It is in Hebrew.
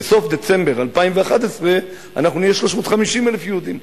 בסוף דצמבר 2011 אנחנו נהיה 350,000 יהודים.